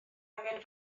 angen